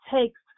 takes